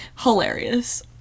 hilarious